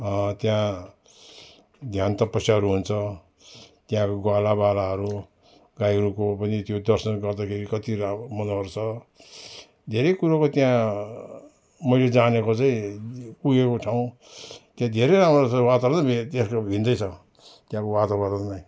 त्यहाँ ध्यान तपस्याहरू हुन्छ त्यहाँको ग्वालावालाहरू गाईहरूको पनि त्यो दर्शन गर्दाखेरि कति राम मनोहर छ धेरै कुरोको त्यहाँ मैले जानेको चाहिँ पुगेको ठाउँ त्यहाँ धेरै राम्रो छ वातावरण त्यसको भिन्नै छ त्यहाँको वातावरण नै